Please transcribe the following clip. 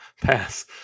Pass